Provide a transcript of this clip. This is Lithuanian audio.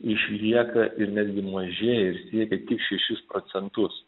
išlieka ir netgi mažėja ir siekia tik šešis procentus